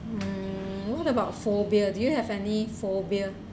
mm what about phobia do you have any phobia